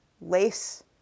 lace